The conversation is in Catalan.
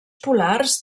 polars